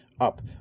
up